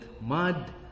mud